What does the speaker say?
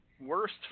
Worst